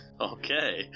Okay